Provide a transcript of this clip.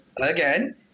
again